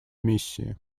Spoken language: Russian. миссии